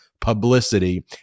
publicity